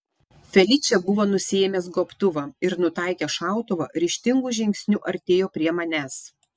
feličė buvo nusiėmęs gobtuvą ir nutaikęs šautuvą ryžtingu žingsniu artėjo prie manęs